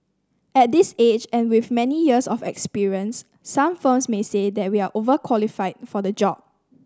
at this age and with many years of experience some firms may say that we are overqualified for the job